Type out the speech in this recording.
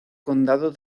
condado